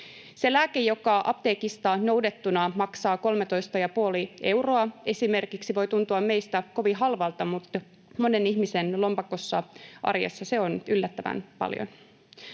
Se lääke, joka apteekista noudettuna maksaa esimerkiksi 13,50 euroa, voi tuntua meistä kovin halvalta, mutta monen ihmisen lompakossa, arjessa, se on yllättävän paljon.